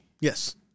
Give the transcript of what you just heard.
Yes